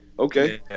Okay